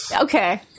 okay